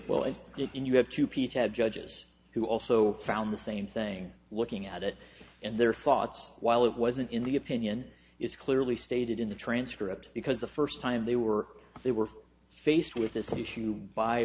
well i didn't you have to peter had judges who also found the same thing looking at it and there fought while it wasn't in the opinion is clearly stated in the transcript because the first time they were they were faced with this issue by